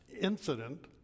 incident